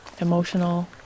emotional